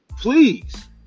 Please